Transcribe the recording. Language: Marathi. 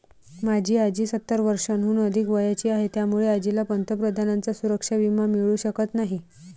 माझी आजी सत्तर वर्षांहून अधिक वयाची आहे, त्यामुळे आजीला पंतप्रधानांचा सुरक्षा विमा मिळू शकत नाही